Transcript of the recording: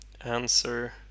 answer